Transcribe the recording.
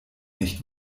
nicht